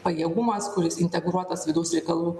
pajėgumas kuris integruotas vidaus reikalų